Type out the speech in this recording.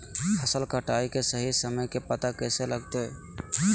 फसल कटाई के सही समय के पता कैसे लगते?